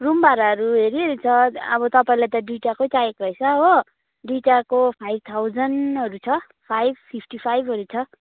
room भाराहरू हेरिहेरि छ अब तपाईँलाई त दुईवटाकै चाहिएको रहेछ हो दुईवटाको फाइभ थाउजन्डहरू छ फाइभ फिफ्टी फाइभहरू छ